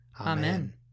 Amen